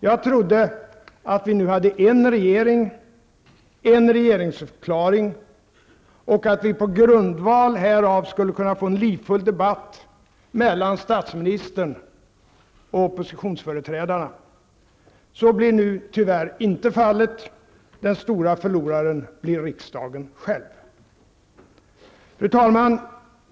Jag trodde att vi nu hade en regering och en regeringsförklaring och att vi på grundval härav skulle kunna få en livfull debatt mellan statsministern och oppositionsföreträdarna. Så blir nu tyvärr inte fallet. Den stora förloraren blir riksdagen själv. Fru talman!